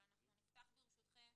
אבל אנחנו נפתח, ברשותכם,